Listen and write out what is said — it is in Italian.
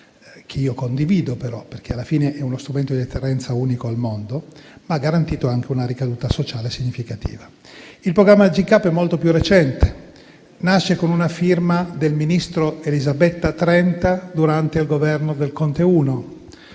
che io però condivido, perché alla fine è uno strumento di deterrenza unico al mondo - ma ha garantito anche una ricaduta sociale significativa. Il programma GCAP è molto più recente. Nasce con una firma del ministro Elisabetta Trenta durante il Governo Conte I,